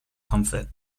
comfort